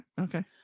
Okay